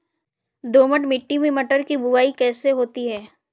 दोमट मिट्टी में मटर की बुवाई कैसे होती है?